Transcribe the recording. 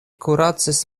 kuracis